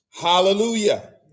Hallelujah